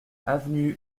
avenue